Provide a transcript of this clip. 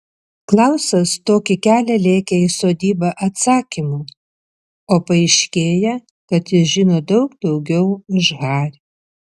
klausas tokį kelią lėkė į sodybą atsakymų o paaiškėja kad jis žino daug daugiau už harį